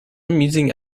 amusing